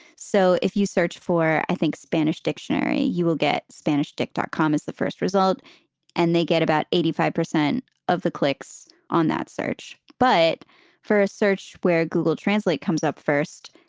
so if you search for, i think, spanish dictionary, you will get spanish. dick dotcom is the first result and they get about eighty five percent of the clicks on that search. but for a search where google translate comes up first,